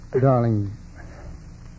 Darling